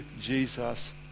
Jesus